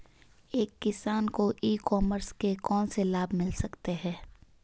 एक किसान को ई कॉमर्स के कौनसे लाभ मिल सकते हैं?